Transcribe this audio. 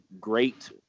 great